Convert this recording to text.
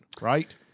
right